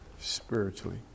spiritually